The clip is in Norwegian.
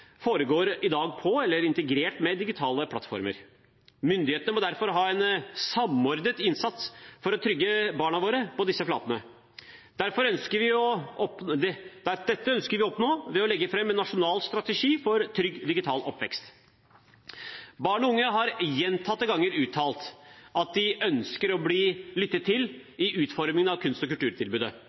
foregår i dag på, eller integrert med, digitale plattformer. Myndighetene må derfor ha en samordnet innsats for å trygge barna våre på disse flatene. Dette ønsker vi å oppnå ved å legge fram en nasjonal strategi for trygg digital oppvekst. Barn og unge har gjentatte ganger uttalt at de ønsker å bli lyttet til i utformingen av kunst- og kulturtilbudet.